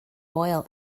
oil